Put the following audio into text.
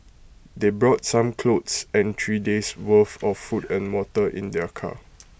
they brought some clothes and three days' worth of food and water in their car